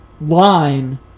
line